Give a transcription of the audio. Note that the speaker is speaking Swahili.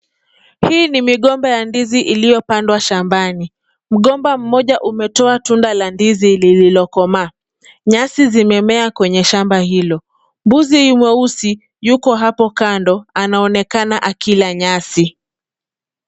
Hii ni migomba ya ndizi iliyopandwa shambani. Mgomba mmoja umetoa tunda la ndizi lililokomaa. Nyasi zimemea kwenye shamba hilo. Mbuzi mweusi yuko hapo kando anaonekana akila nyasi.